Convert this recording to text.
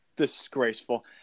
disgraceful